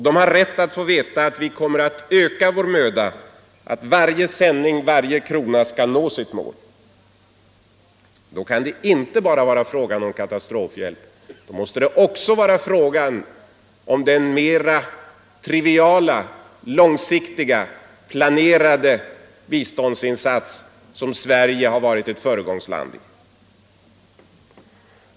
De har rätt att få veta att vi kommer att öka vår möda att varje sändning, varje krona skall nå sitt mål. Då kan det inte bara vara fråga om katastrofhjälp. Då måste det också vara fråga om den mera triviala långsiktiga och planerade biståndsinsatsen som Sverige varit ett föregångsland för.